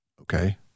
okay